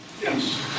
Yes